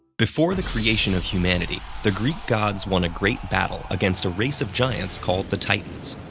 before the creation of humanity, the greek gods won a great battle against a race of giants called the titans.